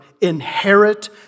inherit